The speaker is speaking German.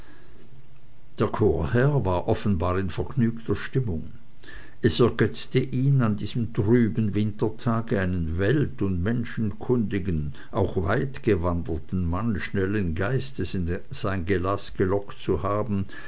der chorherr war offenbar in vergnügter stimmung es ergötzte ihn an diesem traben wintertage einen welt und menschenkundigen auch weitgewanderten mann schnellen geistes in sein gelaß gelockt zu haben